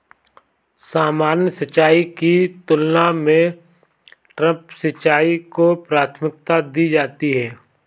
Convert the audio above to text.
सामान्य सिंचाई की तुलना में ड्रिप सिंचाई को प्राथमिकता दी जाती है